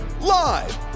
live